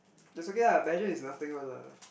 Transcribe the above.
it's okay lah pageant is nothing one lah